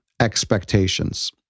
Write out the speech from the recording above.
expectations